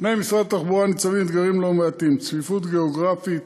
בפני משרד התחבורה ניצבים אתגרים לא מעטים: צפיפות גיאוגרפית,